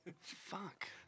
Fuck